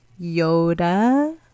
Yoda